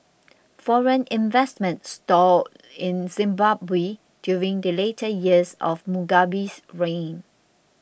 foreign investment stalled in Zimbabwe during the later years of Mugabe's reign